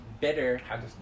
bitter